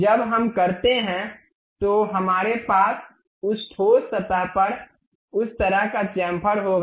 जब हम करते हैं तो हमारे पास उस ठोस सतह पर उस तरह का चेम्फर होगा